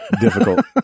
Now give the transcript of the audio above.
difficult